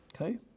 okay